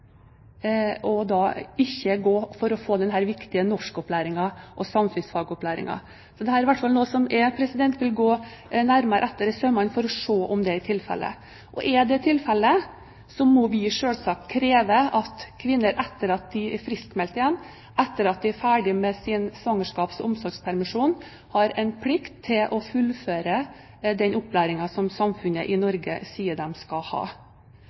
og ikke får denne viktige norskopplæringen og samfunnsfagopplæringen. Dette er i hvert fall noe jeg vil gå nærmere etter i sømmene for å se om er tilfellet. Og er det tilfellet, må vi selvsagt kreve at kvinner, etter at de er friskmeldte igjen og etter at de er ferdige med sin svangerskaps- og omsorgspermisjon, har en plikt til å fullføre den opplæringen samfunnet i Norge sier de skal ha.